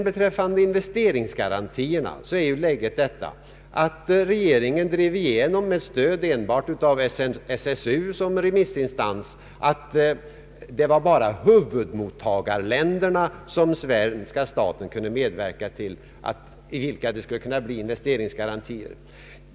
Beträffande investeringsgarantierna är läget detta att regeringen, med stöd enbart av SSU som remissinstans, drev igenom att svenska staten kunde medverka till investeringsgarantier bara för huvudmottagarländerna.